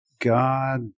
God